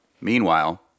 Meanwhile